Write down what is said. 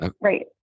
right